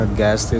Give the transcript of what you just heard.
gas